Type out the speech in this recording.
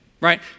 right